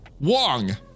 Wong